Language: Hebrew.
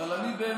אבל אני באמת,